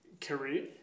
career